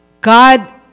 God